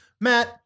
Matt